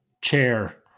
Chair